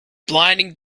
blinding